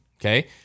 Okay